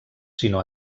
sinó